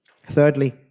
Thirdly